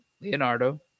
Leonardo